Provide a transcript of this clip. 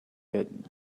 get